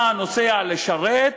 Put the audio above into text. אתה נוסע לשרת,